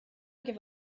give